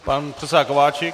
Pan předseda Kováčik.